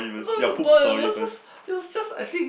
it was just it was just I think